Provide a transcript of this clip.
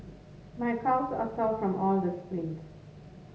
my calves are sore from all the sprints